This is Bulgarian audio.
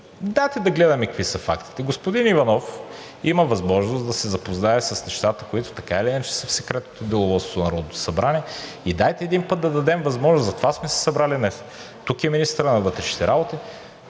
Дайте да гледаме какви са фактите. Господин Иванов има възможност да се запознае с нещата, които така или иначе са в Секретното деловодство на Народното събрание. И дайте един път да дадем възможност, затова сме се събрали днес, тук е министърът на външните работи,